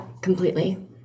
completely